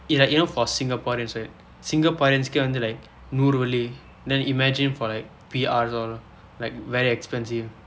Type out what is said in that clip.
it's like you know for singaporeans right singaporeans வந்து:vandthu like நூறு வெள்ளி:nuuru velli then imagine for like P_R all like very expensive